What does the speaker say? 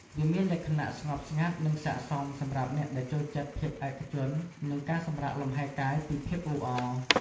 វាមានលក្ខណៈស្ងប់ស្ងាត់ និងស័ក្តិសមសម្រាប់អ្នកដែលចូលចិត្តភាពឯកជន និងការសម្រាកលម្ហែកាយពីភាពអ៊ូអរ។